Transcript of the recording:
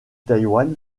taïwan